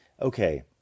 okay